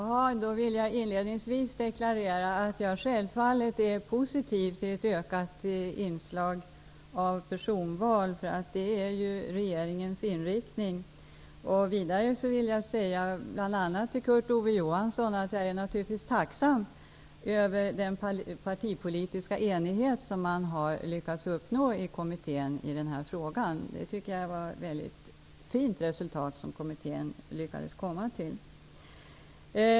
Herr talman! Jag vill inledningsvis deklarera att jag självfallet är positiv till ett ökat inslag av personval. Det är regeringens inriktning. Vidare vill jag säga bl.a. till Kurt Ove Johansson att jag naturligtvis är tacksam över den partipolitiska enighet som man har lyckats uppnå i kommittén i denna fråga. Jag tycker kommittén har fått ett fint resultat.